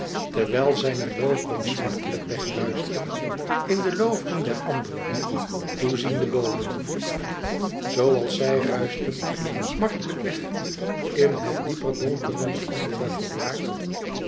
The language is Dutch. terwijl zijne looveren smartelijk wèg ruischten in de looveren der andere toe ziende boomen zoo als zij ruischten smartelijk weg in het dieper donkerende andere